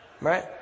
Right